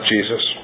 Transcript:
Jesus